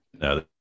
no